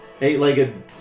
eight-legged